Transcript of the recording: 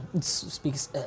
speaks